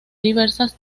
diversas